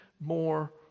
more